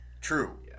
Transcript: True